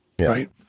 Right